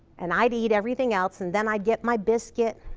and i'd eat everything else and then i'd get my biscuit.